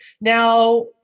Now